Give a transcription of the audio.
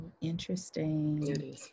Interesting